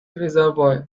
reservoir